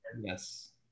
Yes